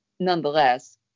Nonetheless